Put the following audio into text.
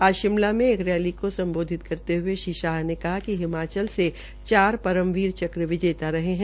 आज शिमला में एक रैली को सम्बोधित करते हये श्री शाह ने कहा कि हिमाचल के चार परमवीर चक्र विजेता रहे है